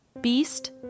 beast